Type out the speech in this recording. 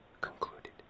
concluded